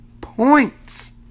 points